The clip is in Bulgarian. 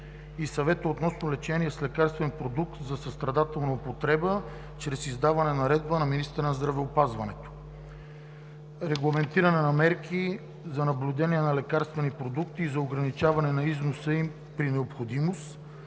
и Съвета относно лечението с лекарствен продукт за състрадателна употреба чрез издаване на наредба на министъра на здравеопазването. Регламентиране на мерки за наблюдение на лекарствени продукти и за ограничаване на износа им при необходимост.